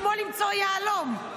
כמו למצוא יהלום,